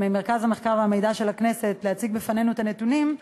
ממרכז המחקר והמידע של הכנסת להציג בפנינו את הנתונים,